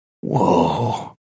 Whoa